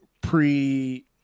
pre